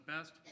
best